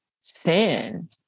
sin